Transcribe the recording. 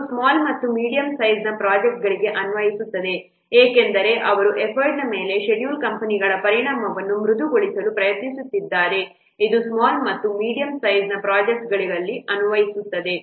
ಇದು ಸ್ಮಾಲ್ ಮತ್ತು medium size ಪ್ರೊಜೆಕ್ಟ್ಗಳಿಗೆ ಅನ್ವಯಿಸುತ್ತದೆ ಏಕೆಂದರೆ ಅವರು ಎಫರ್ಟ್ ಮೇಲೆ ಷೆಡ್ಯೂಲ್ ಕಂಪನಿಗಳ ಪರಿಣಾಮವನ್ನು ಮೃದುಗೊಳಿಸಲು ಪ್ರಯತ್ನಿಸಿದ್ದಾರೆ ಇದು ಸ್ಮಾಲ್ ಮತ್ತು ಮೀಡಿಯಂ ಸೈಜ್ ಪ್ರೊಜೆಕ್ಟ್ಗಳಲ್ಲಿ ಅನ್ವಯಿಸುವಂತೆ ಮಾಡುತ್ತದೆ